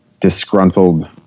disgruntled